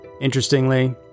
Interestingly